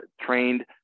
trained